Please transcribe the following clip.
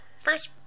first